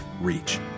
reach